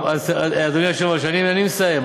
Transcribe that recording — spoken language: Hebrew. טוב, אדוני היושב-ראש, אני מסיים.